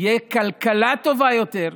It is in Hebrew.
תהיה כלכלה טובה יותר,